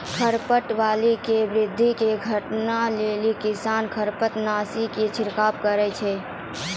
खरपतवार रो वृद्धि के घटबै लेली किसान खरपतवारनाशी के छिड़काव करै छै